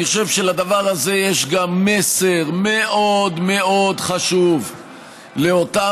אני חושב שבדבר הזה יש גם מסר מאוד מאוד חשוב לאותם